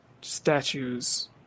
statues